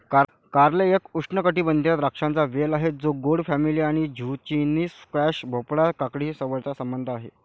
कारले एक उष्णकटिबंधीय द्राक्षांचा वेल आहे जो गोड फॅमिली आणि झुचिनी, स्क्वॅश, भोपळा, काकडीशी जवळचा संबंध आहे